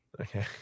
Okay